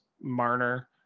Marner